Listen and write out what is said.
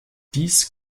dies